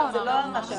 אם זה נשאר,